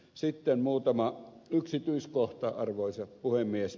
sitten muutama yksityiskohta arvoisa puhemies